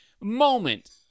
moment